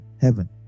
heaven